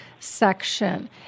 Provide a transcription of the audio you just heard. section